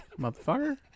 Motherfucker